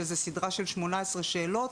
שזה סדרה של 18 שאלות,